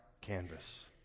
canvas